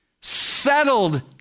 settled